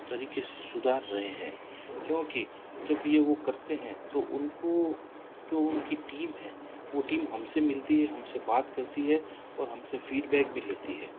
तरीके से सुधार रहे हैं क्योंकि जब यह वह करते हैं तो उनको जो उनकी टीम है वह टीम हमसे मिलती है हमसे बात करती है और हमसे फ़ीडबैक भी लेती है